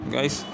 Guys